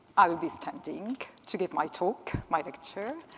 i will be standing to give my talk, my lecture.